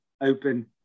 open